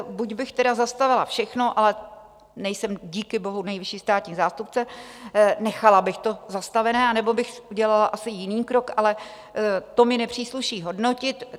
Buď bych tedy zastavila všechno, ale nejsem díky bohu nejvyšší státní zástupce, nechala bych to zastavené, anebo bych udělala asi jiný krok, ale to mi nepřísluší hodnotit.